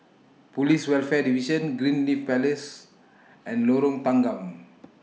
Police Welfare Division Greenleaf Place and Lorong Tanggam